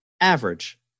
Average